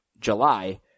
July